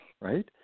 right